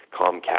Comcast